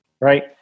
right